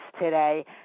today